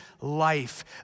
life